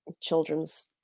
children's